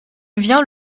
vient